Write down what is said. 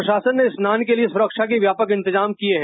प्रशासन ने स्नान के लिए सुरक्षा के व्यापक इंतजाम किए गए हैं